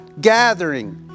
gathering